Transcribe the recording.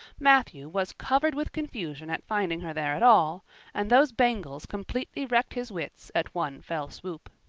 matthew was covered with confusion at finding her there at all and those bangles completely wrecked his wits at one fell swoop.